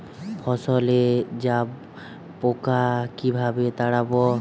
ফসলে জাবপোকা কিভাবে তাড়াব?